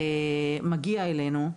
מגיע אלינו,